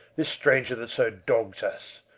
this stranger that so dogs us!